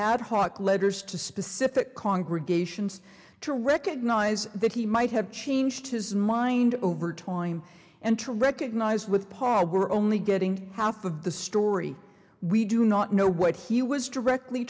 hoc letters to specific congregations to recognise that he might have changed his mind over time and to recognise with paul we're only getting half of the story we do not know what he was directly